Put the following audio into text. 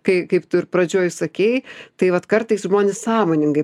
kai kaip tu ir pradžioj sakei tai vat kartais žmonės sąmoningai